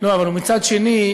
מצד שני,